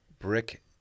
Brick